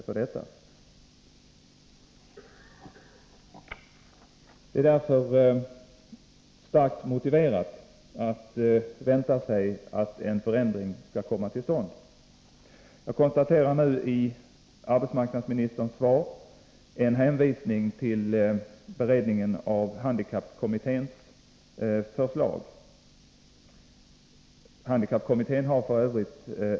Mot den här bakgrunden är det mycket väl motiverat att vänta sig att en förändring skall komma till stånd. Jag konstaterar att arbetsmarknadsministern i sitt svar hänvisar till beredningen av handikappkommitténs förslag — handikappkommittén har f.ö.